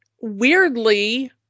weirdly